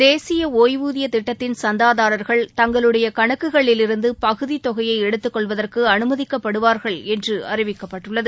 தேசிய ஒய்வூதியத்திட்டத்தின் சந்தாதாரர்கள் தங்களுடைய கணக்குகளிலிருந்து பகுதி தொகையை எடுத்துக்கொள்வதற்கு அனுமதிக்கப்படுவார்கள் என்று அறிவிக்கப்பட்டுள்ளது